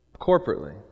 corporately